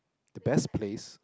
the best place